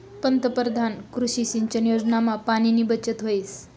पंतपरधान कृषी सिंचन योजनामा पाणीनी बचत व्हस